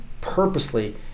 purposely